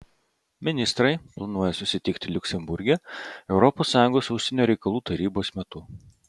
ministrai planuoja susitikti liuksemburge europos sąjungos užsienio reikalų tarybos metu